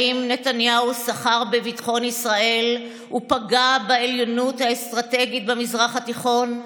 האם נתניהו סחר בביטחון ישראל ופגע בעליונות האסטרטגית במזרח התיכון?